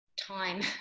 time